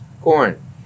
corn